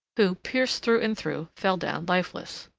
who, pierced through and through, fell down lifeless.